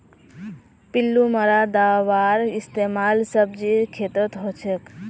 पिल्लू मारा दाबार इस्तेमाल सब्जीर खेतत हछेक